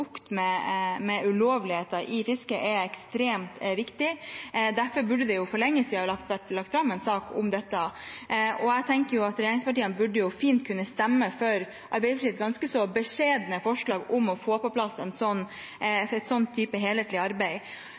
med ulovlighetene i fisket er ekstremt viktig. Derfor burde det for lenge siden vært lagt fram en sak om dette. Jeg tenker at regjeringspartiene fint burde kunne stemme for Arbeiderpartiets ganske så beskjedne forslag om å få på plass en slik type helhetlig arbeid.